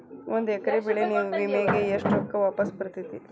ಒಂದು ಎಕರೆ ಬೆಳೆ ವಿಮೆಗೆ ಎಷ್ಟ ರೊಕ್ಕ ವಾಪಸ್ ಬರತೇತಿ?